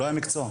ולא מקצוע.